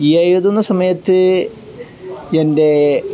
ഈ എഴുതുന്ന സമയത്ത് എൻ്റെ